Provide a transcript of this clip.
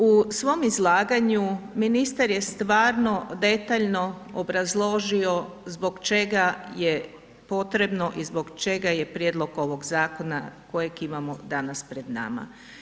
U svom izlaganju ministar je stvarno detaljno obrazložio zbog čega je potrebno i zbog čega je prijedlog ovog zakona kojeg imamo danas pred nama.